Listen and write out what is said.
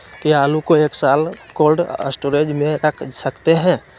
क्या आलू को एक साल कोल्ड स्टोरेज में रख सकते हैं?